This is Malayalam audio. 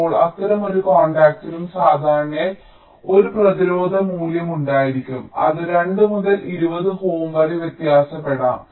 ഇപ്പോൾ അത്തരം ഓരോ കോൺടാക്റ്റിനും സാധാരണയായി ഒരു പ്രതിരോധ മൂല്യം ഉണ്ടായിരിക്കും അത് 2 മുതൽ 20 ohm വരെ വ്യത്യാസപ്പെടാം